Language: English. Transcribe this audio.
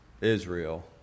Israel